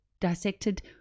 dissected